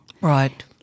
Right